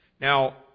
Now